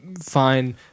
fine